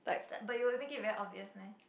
t~ but you will make it very obvious meh